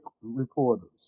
reporters